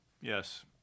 Yes